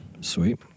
Sweet